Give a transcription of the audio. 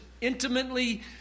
intimately